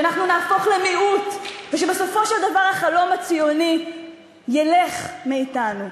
שאנחנו נהפוך למיעוט ושבסופו של דבר החלום הציוני ילך מאתנו.